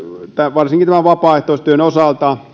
varsinkin vapaaehtoistyön osalta